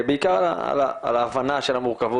בעיקר אבל רוצה להדגיש את זה שבאמת מבחינתי זאת תפיסת עולם לשמוע.